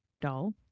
Doll